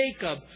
Jacob